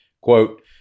Quote